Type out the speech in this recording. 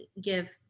give